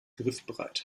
griffbereit